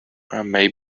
may